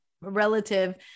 relative